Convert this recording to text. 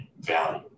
value